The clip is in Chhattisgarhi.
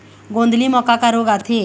गोंदली म का का रोग आथे?